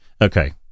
Okay